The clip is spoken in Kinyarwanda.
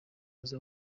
azi